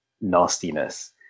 nastiness